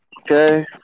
okay